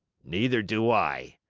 neither do i,